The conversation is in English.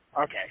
Okay